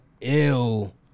ill